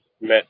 met